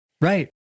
Right